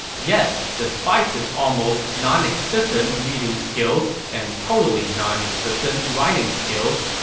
yet, despite his almost non-existent reading skills and totally non-existent writing skills,